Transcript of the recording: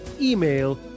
email